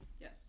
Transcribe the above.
yes